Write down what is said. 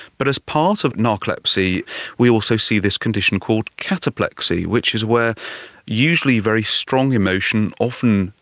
but as part of narcolepsy we also see this condition called cataplexy which is where usually very strong emotion, often,